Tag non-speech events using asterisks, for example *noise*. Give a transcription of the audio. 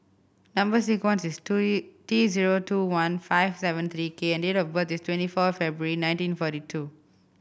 number sequence is *unintelligible* T zero two one five seven three K and date of birth is twenty four February nineteen forty two